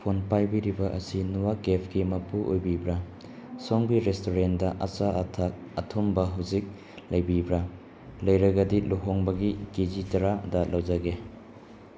phone ꯄꯥꯏꯔꯤꯕꯤꯕ ꯑꯁꯤ ꯅꯨꯋꯥ ꯀꯦꯐꯀꯤ ꯃꯄꯨ ꯑꯣꯏꯕꯤꯕ꯭ꯔꯥ ꯁꯣꯝꯒꯤ ꯔꯦꯁꯇꯨꯔꯦꯟꯗ ꯑꯆꯥ ꯑꯊꯛ ꯑꯊꯨꯝꯕ ꯍꯧꯖꯤꯛ ꯂꯩꯕꯤꯕ꯭ꯔꯥ ꯂꯩꯔꯒꯗꯤ ꯂꯨꯍꯣꯡꯕꯒꯤ ꯀꯦꯖꯤ ꯇꯔꯥꯗ ꯂꯧꯖꯒꯦ